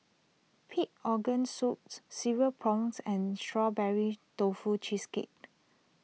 Pig Organ Soups Cereal Prawns and Strawberry Tofu Cheesecake